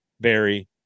Barry